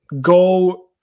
go